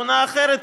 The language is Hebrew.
שכונה אחרת,